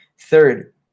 Third